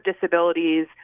disabilities